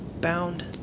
Bound